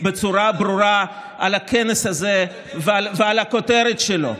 בצורה ברורה על הכנס הזה ועל הכותרת שלו.